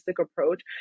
approach